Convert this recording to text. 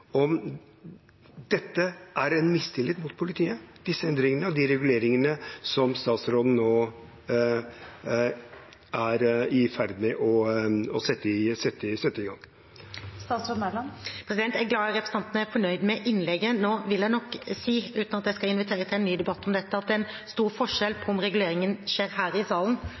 disse endringene og de reguleringene som statsråden nå er i ferd med å sette i gang, er en mistillit til politiet. Det er bra at representanten er fornøyd med innlegget. Nå vil jeg nok si – uten at jeg skal invitere til en ny debatt om dette – at det er forskjell på om reguleringen skjer her i salen